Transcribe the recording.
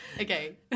Okay